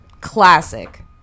classic